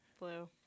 Blue